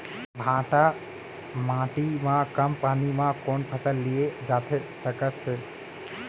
भांठा माटी मा कम पानी मा कौन फसल लिए जाथे सकत हे?